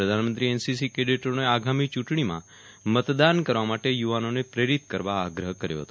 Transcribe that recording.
પ્રધાનમંત્રીએ એનસીસી કેડેટોને આગામી ચૂંટણીમાં મતદાન કરવા માટે યુવાનોને પ્રેરીત કરવા આગ્રહ કર્યો હતો